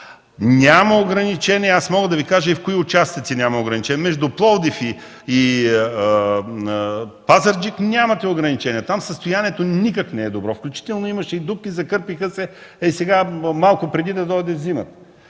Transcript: Няма ограничения! Мога да Ви кажа и в кои участъци няма ограничения. Между Пловдив и Пазарджик нямате ограничения. Там състоянието не е никак добро. Имаше включително и дупки, закърпиха се хей сега, преди да дойде зимата.